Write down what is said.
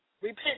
Repent